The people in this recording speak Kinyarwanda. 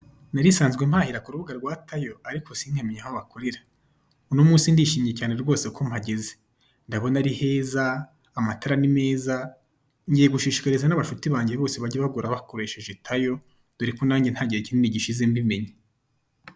Nari nsanzwe mpahira ku rubuga rwa TAYO ariko sinkamenya aho bakorera, uno munsi ndishimye cyane rwose ko mpageze, ndabona ari heza, amatara ni meza, ngiye gushishikariza n'abashuti banjye bose bajye bagura bakoresheje TAYO, dore ko nanjye nta gihe kinini gishize mbimenye.